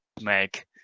make